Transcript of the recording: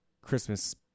Christmas